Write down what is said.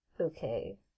Okay